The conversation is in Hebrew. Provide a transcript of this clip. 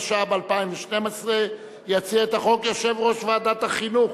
התשע"ב 2012. יציג את החוק יושב-ראש ועדת החינוך.